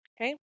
Okay